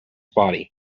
body